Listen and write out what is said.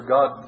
God